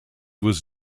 was